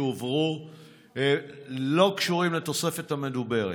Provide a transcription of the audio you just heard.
2.5 מיליוני השקלים שהועברו לא קשורים לתוספת המדוברת.